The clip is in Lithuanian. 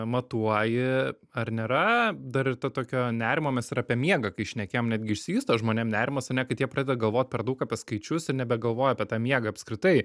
matuoji ar nėra dar ir ta tokio nerimo mes ir apie miegą kai šnekėjom netgi išsivysto žmonėms nerimas ane kad jie pradeda galvot per daug apie skaičius ir nebegalvoja apie tą miegą apskritai